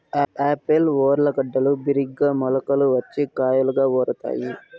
Apple ఊర్లగడ్డలు బిరిగ్గా మొలకలు వచ్చి కాయలుగా ఊరుతాయి